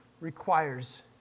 requires